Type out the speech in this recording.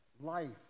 life